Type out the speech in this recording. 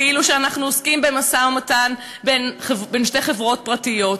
כאילו אנחנו עוסקים במשא-ומתן בין שתי חברות פרטיות.